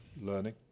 learning